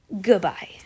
Goodbye